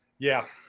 yeah,